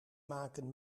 maken